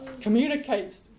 communicates